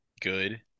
good